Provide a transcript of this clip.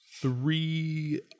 three